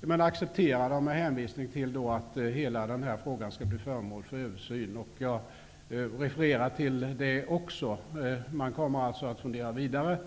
men man accepterade dem med hänvisning till att hela denna fråga skall bli föremål för översyn, och det vill också jag referera till. Man kommer alltså att fundera vidare.